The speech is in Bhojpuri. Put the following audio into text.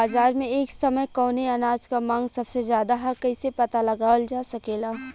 बाजार में एक समय कवने अनाज क मांग सबसे ज्यादा ह कइसे पता लगावल जा सकेला?